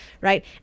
Right